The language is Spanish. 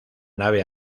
nave